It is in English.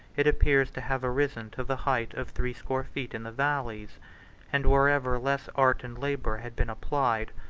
it appears to have arisen to the height of threescore feet in the valleys and wherever less art and labor had been applied,